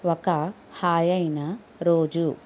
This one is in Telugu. ఒక హాయైన రోజు